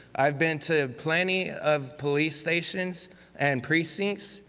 i've been to plenty of police stations and precincts,